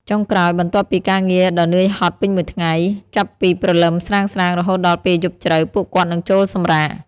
ចុងក្រោយ បន្ទាប់ពីការងារដ៏នឿយហត់ពេញមួយថ្ងៃចាប់ពីព្រលឹមស្រាងៗរហូតដល់ពេលយប់ជ្រៅ ពួកគាត់នឹងចូលសម្រាក។